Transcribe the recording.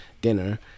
dinner